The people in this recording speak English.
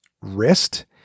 wrist